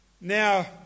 now